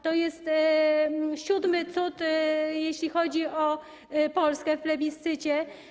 To jest siódmy cud, jeśli chodzi o Polskę, w plebiscycie.